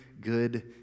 good